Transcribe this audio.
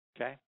okay